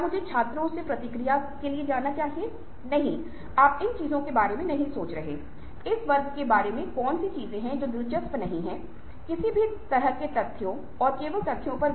अब ये निश्चित बातचीत प्रक्रिया है पहला कदम आपकी रणनीति तैयार करना है जैसा कि मैंने पहले ही उल्लेख किया है